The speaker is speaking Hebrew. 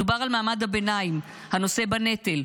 מדובר על מעמד הביניים הנושא בנטל,